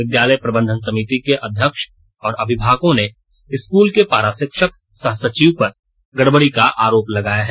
विद्यालय प्रबन्ध समिति के अध्यक्ष और अभिभावकों ने स्कल के पारा शिक्षक सह सचिव पर गडबडी का आरोप लगाया है